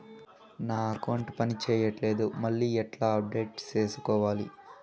నా అకౌంట్ పని చేయట్లేదు మళ్ళీ ఎట్లా అప్డేట్ సేసుకోవాలి?